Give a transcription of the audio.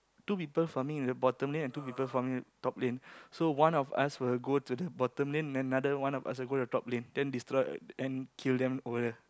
two people farming at the bottom lane and two people farming top lane so one of us will go to the bottom lane and then the other one of us will go to the top lane then destroy then kill them over there